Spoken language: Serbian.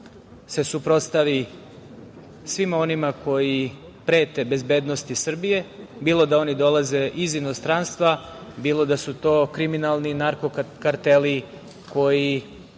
se suprotstavi svima onima koji prete bezbednosti Srbije, bilo da oni dolaze iz inostranstva, bilo da su to kriminalni narko-karteli koji